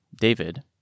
David